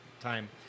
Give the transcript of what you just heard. time